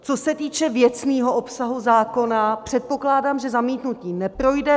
Co se týče věcného obsahu zákona, předpokládám, že zamítnutí neprojde.